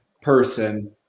person